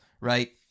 right